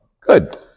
Good